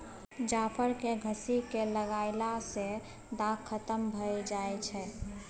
जाफर केँ घसि कय लगएला सँ दाग खतम भए जाई छै